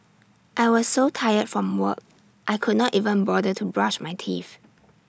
I was so tired from work I could not even bother to brush my teeth